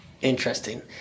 interesting